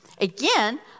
Again